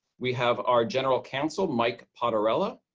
we have our general counsel, mike poterola,